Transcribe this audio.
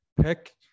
pick